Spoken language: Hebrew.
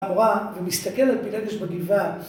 ‫הוראה ומסתכל על פילדיס בגבעת.